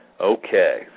Okay